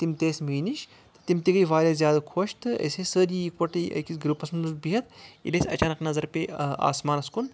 تِم تہِ ٲسۍ میٚیہِ نَش تِم تہِ گے واریاہ زیادٕ خۄش تہٕ أسۍ ٲسۍ سٲری یِکہٕ وَٹے أکِس گرُپَس منٛز بَہتھ ییٚلہِ اَسہِ اچانَک نظر پیٚیہِ آسمانَس کُن